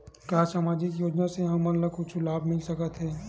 का सामाजिक योजना से हमन ला कुछु लाभ मिल सकत हे?